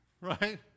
right